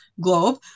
globe